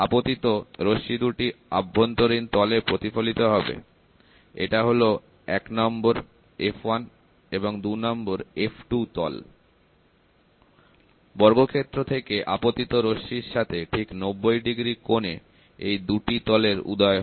আপতিত রশ্মি দুটি আভ্যন্তরীণ তলে প্রতিফলিত হবে এটা হল 1 নম্বর f 1 এবং 2 নম্বর f 2 তল বর্গক্ষেত্র থেকে আপতিত রশ্মি র সাথে ঠিক 90° কোনে এই দুটি তলের উদয় হয়